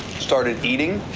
started eating,